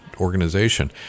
organization